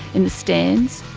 in the stands,